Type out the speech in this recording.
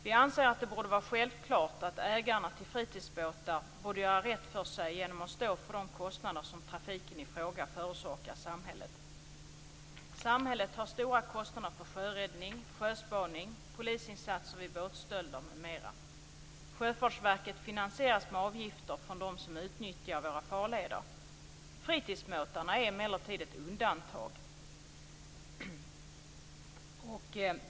Vi anser att det borde vara självklart att ägarna till fritidsbåtar borde göra rätt för sig genom att stå för de kostnader som trafiken i fråga förorsakar samhället. Samhället har stora kostnader för sjöräddning, sjöspaning, polisinsatser vid båtstölder m.m. Sjöfartsverket finansieras med avgifter från dem som utnyttjar våra farleder. Fritidsbåtarna är emellertid ett undantag.